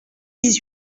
dix